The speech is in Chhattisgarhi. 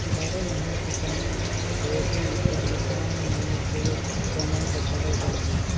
बारो महिना किसानी होही त किसान मन के कमई ह घलो बड़ही